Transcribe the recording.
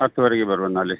ಹತ್ತುವರೆಗೆ ಬರುವ ನಾಳೆ